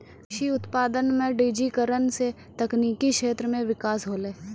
कृषि उत्पादन मे डिजिटिकरण से तकनिकी क्षेत्र मे बिकास होलै